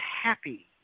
happy